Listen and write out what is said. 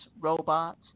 robots